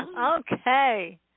Okay